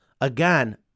Again